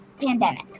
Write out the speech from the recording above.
pandemic